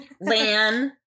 Lan